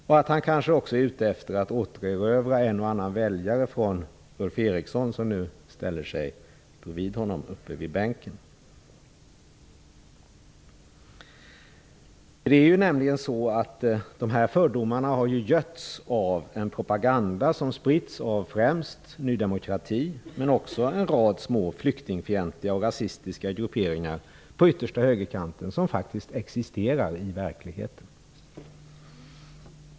Sten Andersson är kanske också ute efter att återerövra en och annan väljare från Ulf Erikssons parti. De ställde ju sig brevid varandra här. Det är nämligen så att fördomarna har götts av en propaganda som har spritts främst av Ny demokrati men också av en rad små flyktingfientliga och rasistiska grupperingar på yttersta högerkanten som faktiskt existerar i verkligheten.